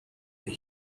that